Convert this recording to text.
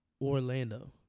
Orlando